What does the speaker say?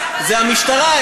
זה המשטרה,